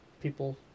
people